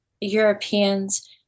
Europeans